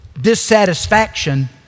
dissatisfaction